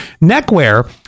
neckwear